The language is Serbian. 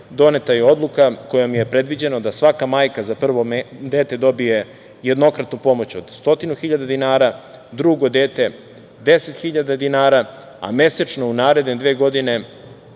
doneta je odluka kojom je predviđeno da svaka majka za prvo dete dobije jednokratnu pomoć od 100 hiljada dinara, drugo dete 10 hiljada dinara, a mesečno u naredne dve godine,